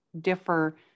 differ